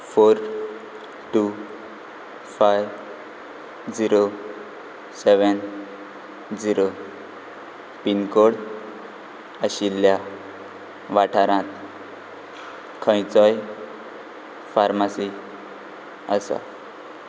four two five zero seven zero pin code आशिल्ल्या वाठारांत खंयच्योय फार्मासी आसा